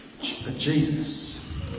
Jesus